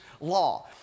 law